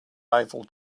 eiffel